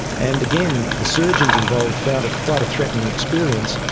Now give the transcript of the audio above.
and again, the surgeons involved found it quite a threatening experience,